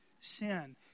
sin